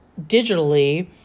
digitally